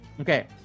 Okay